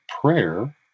prayer